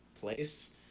place